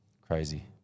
Crazy